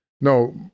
No